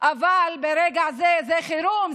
אבל ברגע זה זה חירום,